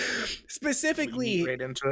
Specifically